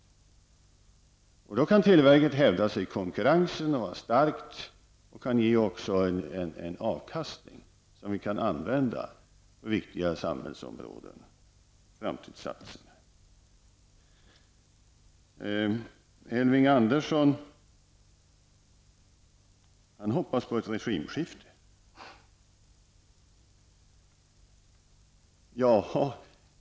Televerket kan då bli starkt och hävda sig i konkurrensen och också ge en avkastning som vi kan använda till framtidssatsningar på viktiga samhällsområden. Elving Andersson hoppas på ett regimskifte.